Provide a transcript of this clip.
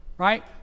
Right